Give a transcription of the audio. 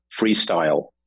freestyle